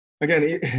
again